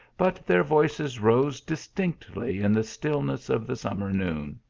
but their voices rose distinctly in the stillness of the summer noon.